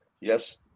Yes